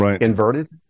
inverted